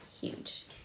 huge